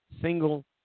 single